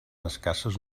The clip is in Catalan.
escasses